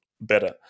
better